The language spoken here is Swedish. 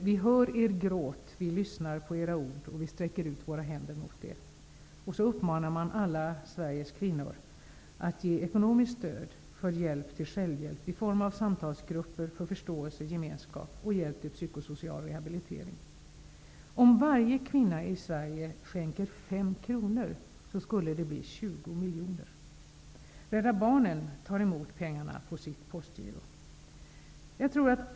''Vi hör er gråt, vi lyssnar på era ord och vi sträcker ut våra händer mot er'' säger man och uppmanar alla Sveriges kvinnor att ge ekonomiskt stöd för hjälp till självhjälp i form av samtalsgrupper för förståelse, gemenskap och hjälp till psykosocial rehabilitering. Om varje kvinna i Sverige skänker 5 kr skulle det bli 20 miljoner kronor. Rädda barnen tar emot pengar på sitt postgiro.